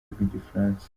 rw’igifaransa